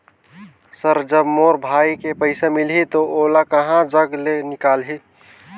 Sir जब मोर भाई के पइसा मिलही तो ओला कहा जग ले निकालिही?